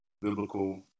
Biblical